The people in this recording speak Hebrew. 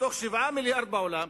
מתוך 7 מיליארדים בעולם,